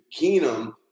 Keenum